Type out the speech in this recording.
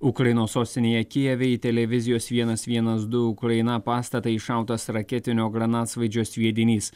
ukrainos sostinėje kijeve į televizijos vienas vienas du ukraina pastatą iššautas raketinio granatsvaidžio sviedinys